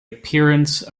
appearance